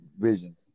vision